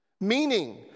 Meaning